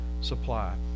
supply